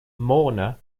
morna